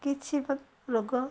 କିଛି ରୋଗ